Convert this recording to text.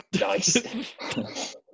nice